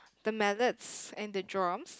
the mallets and the drums